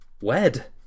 Wed